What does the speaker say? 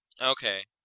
Okay